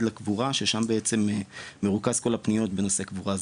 לקבורה ששם מרוכזות כל הפניות בנושא הקבורה.